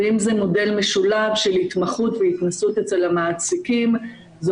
ואם זה מודל משולב של התמחות והתנסות אצל המעסיקים זה